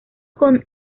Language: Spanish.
con